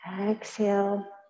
Exhale